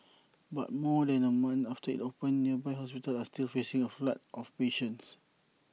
but more than A month after IT opened nearby hospitals are still facing A flood of patients